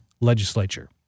legislature